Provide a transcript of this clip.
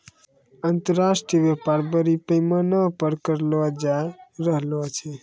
अन्तर्राष्ट्रिय व्यापार बरड़ी पैमाना पर करलो जाय रहलो छै